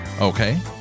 okay